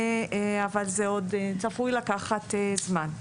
אבל זה עוד צפוי לקחת זמן.